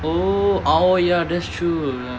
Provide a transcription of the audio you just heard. oh oh ya that's true